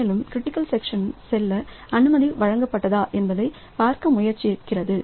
மேலும்கிரிட்டிக்கல் suction செல்ல அனுமதி வழங்கப்பட்டதா என்பதைப் பார்க்க முயற்சிக்கிறது